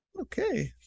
okay